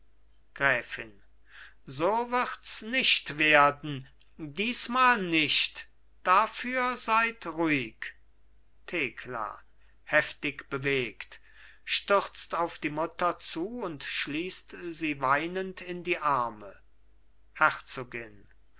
gräfin so wirds nicht werden diesmal nicht dafür seid ruhig thekla heftig bewegt stürzt auf die mutter zu und schließt sie weinend in die arme herzogin